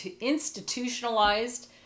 institutionalized